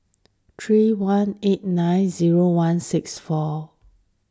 three one eight nine zero one six four